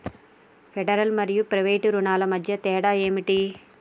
Federal మరియు private రుణాల మధ్య తేడా ఏమిటి?